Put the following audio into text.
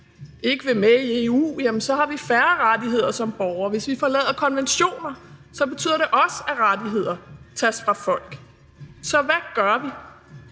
ikke vil være med i EU, jamen så har vi færre rettigheder som borgere. Hvis vi forlader konventioner, betyder det også, at rettigheder tages fra folk. Så hvad gør vi?